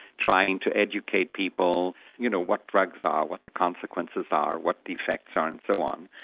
trying to educate people you know what drugs ah are, what the consequences are, what the effects are and so on.